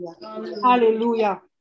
Hallelujah